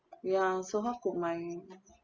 ya so how could my